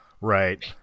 right